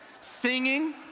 singing